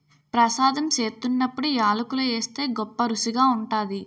ప్రసాదం సేత్తున్నప్పుడు యాలకులు ఏస్తే గొప్పరుసిగా ఉంటాది